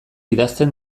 idazten